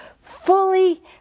fully